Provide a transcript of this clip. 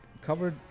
covered